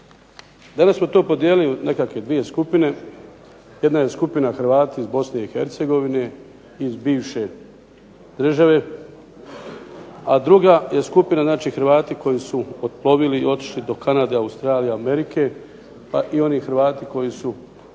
Danas smo to podijelili u dvije skupine. jedna je skupina HRvati u Bosni i Hercegovini iz bivše države, a druga je skupina Hrvati koji su otplovili i otišli do Kanade, Australije, Amerike, pa i oni Hrvati koji su